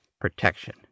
protection